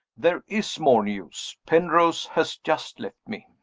there is more news. penrose has just left me.